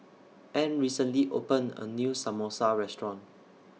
Ann recently opened A New Samosa Restaurant